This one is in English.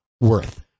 worth